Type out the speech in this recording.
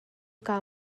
kaa